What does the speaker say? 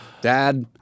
Dad